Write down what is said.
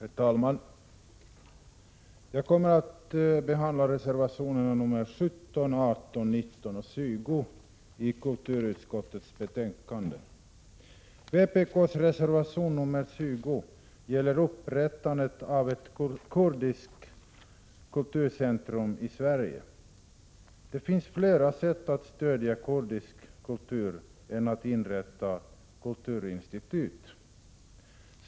Herr talman! Jag kommer att beröra reservationerna 17, 18, 19 och 20 i kulturutskottets betänkande. Vpk:s reservation 20 gäller upprättandet av ett kurdiskt kulturcentrum i Sverige. Det finns fler sätt att stödja kurdisk kultur än att inrätta kulturinstitut.